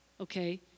okay